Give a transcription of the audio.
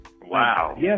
Wow